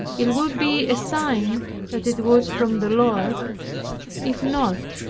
it would be a sign that it was from the lord if not,